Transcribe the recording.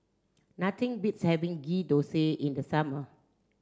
nothing beats having ghee thosai in the summer